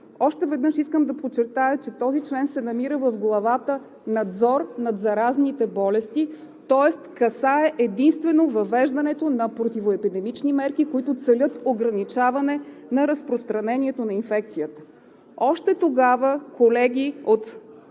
Още веднъж искам да подчертая, че този член се намира в главата „Надзор над заразните болести“, тоест касае единствено въвеждането на противоепидемични мерки, които целят ограничаване на разпространението на инфекцията. Още тогава колеги от